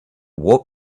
warp